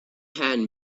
hand